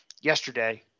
Yesterday